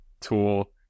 tool